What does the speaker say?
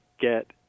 get